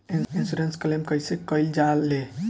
Insurance claim कइसे कइल जा ले?